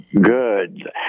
Good